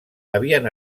havien